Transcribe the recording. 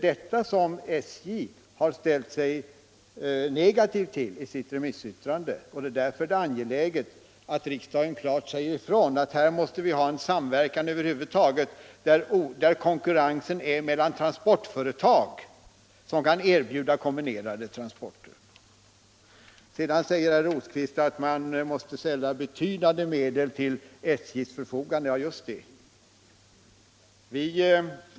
Detta har SJ ställt sig negativ till i sitt remissyttrande, och det är därför angeläget att riksdagen klart säger ifrån att här måste vi ha en samverkan över huvud taget där konkurrensen drivs mellan transportföretag som kan erbjuda kombinerade transporter. Herr Rosqvist sade att man måste ställa betydande medel till SJ:s förfogande. Ja, just det.